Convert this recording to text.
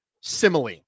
simile